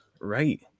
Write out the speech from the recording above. Right